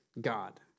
God